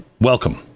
Welcome